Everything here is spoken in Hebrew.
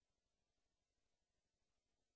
של חיפושים,